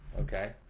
okay